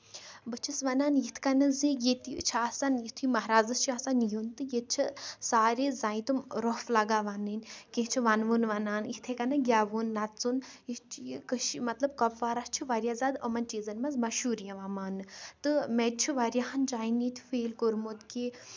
بہٕ چھَس وَنان یِتھ کَنیتھ زِ ییٚتہِ چھِ آسان یِتُھے مہرازس چھُ آسان یُن تہٕ ییٚتہِ چھِ سارے زَنہِ روٚپھ لگان وَنٕنۍ کیٚنٛہہ چھِ وَنوُن وَنان یِتھٕے کٔنۍ ہا گیوُن نَژُن یہِ چھُ یہِ کٔشیٖر مطلب کۄپوارا چھُ واریاہ زیادٕ یِمِن چیٖزن منٛز مَشہوٗر یِوان ماننہٕ تہٕ مےٚ تہِ چھُ واریاہن جاین ییٚتہِ فیٖل کورمُت کہِ